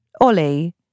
Ollie